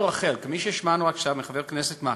בקבר רחל, כמו ששמענו עכשיו מחבר הכנסת מקלב,